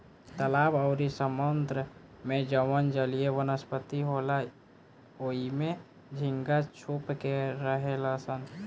तालाब अउरी समुंद्र में जवन जलीय वनस्पति होला ओइमे झींगा छुप के रहेलसन